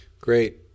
Great